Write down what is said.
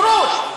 בורות.